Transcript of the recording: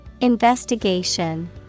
Investigation